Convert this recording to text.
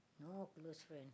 no close friend